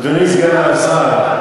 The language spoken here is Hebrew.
אדוני סגן השר,